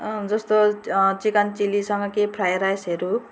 जस्तो चिकन चिलीसँग के फ्राई राइसहरू